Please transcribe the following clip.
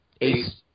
ace